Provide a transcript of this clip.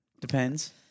Depends